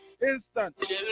Instant